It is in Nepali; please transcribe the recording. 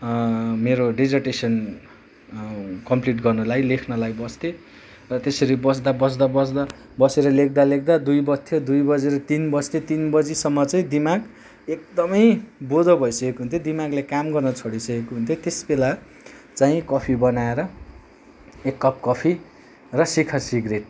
मेरो डेजर्टेसन कम्प्लिट गर्नलाई लेख्नलाई बस्थेँ र त्यसरी बस्दा बस्दा बस्दा बसेर लेख्दा लेख्दा दुई बज्थ्यो दुई बजेर तिन बज्थ्यो तिन बजीसम्म चाहिँ दिमाग एकदमै बोधो भइसकेको हुन्थ्यो दिमागले काम गर्न छोडिसकेको हुन्थ्यो त्यसबेला चाहिँ कफी बनाएर एक कप कफी र शिखर सिग्रेट